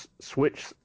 switch